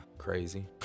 crazy